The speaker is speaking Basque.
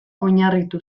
oinarritu